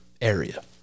area